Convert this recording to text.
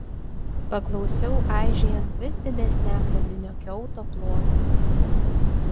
paklausiau aižėjant vis didesniam ledinio kiauto plotui